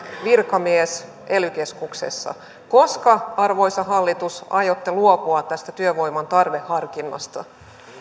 virkamies ely keskuksessa koska arvoisa hallitus aiotte luopua työvoiman tarveharkinnasta